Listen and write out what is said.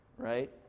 right